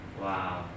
Wow